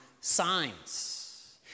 signs